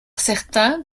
certains